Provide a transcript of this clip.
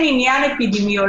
שאין עניין אפידמיולוגי.